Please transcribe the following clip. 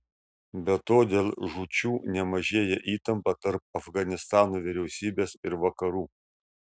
be to dėl žūčių nemažėja įtampa tarp afganistano vyriausybės ir vakarų